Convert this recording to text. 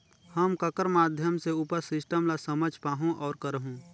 हम ककर माध्यम से उपर सिस्टम ला समझ पाहुं और करहूं?